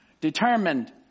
Determined